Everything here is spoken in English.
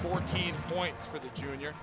fourteen points for the junior